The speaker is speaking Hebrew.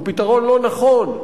הוא פתרון לא נכון,